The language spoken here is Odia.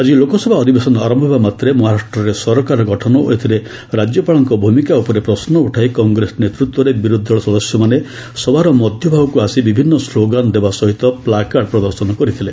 ଆଜି ଲୋକସଭା ଅଧିବେଶନ ଆରମ୍ଭ ହେବାମାତ୍ରେ ମହାରାଷ୍ଟ୍ରରେ ସରକାର ଗଠନ ଓ ଏଥିରେ ରାଜ୍ୟପାଳଙ୍କ ଭୂମିକା ଉପରେ ପ୍ରଶ୍ନ ଉଠାଇ କଂଗ୍ରେସ ନେତୃତ୍ୱରେ ବିରୋଧି ଦଳ ସଦସ୍ୟମାନେ ସଭାର ମଧ୍ୟଭାଗକୁ ଆସି ବିଭିନ୍ନ ସ୍ଲୋଗାନ ଦେବା ସହିତ ପ୍ଲାକାର୍ଡ଼ ପ୍ରଦର୍ଶନ କରିଥିଲେ